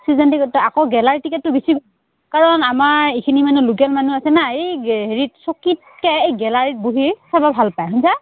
season টিকেটটো আকৌ gallery টিকেটতো কাৰণ আমাৰ এইখিনি মানে লোকেল মানুহ আছে না এই হেৰিত চকীতকে এই গেলাৰীত বহি চাব ভাল পায় শুনিছা